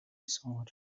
thought